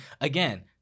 Again